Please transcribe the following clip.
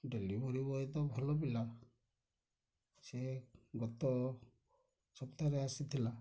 delivery boy ତ ଭଲ ପିଲା ସେ ଗତ ସପ୍ତାହରେ ଆସିଥିଲା